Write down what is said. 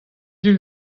sul